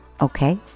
Okay